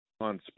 on